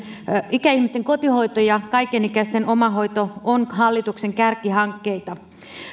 ikäihmisten kotihoito ja kaikenikäisten omahoito on hallituksen kärkihankkeita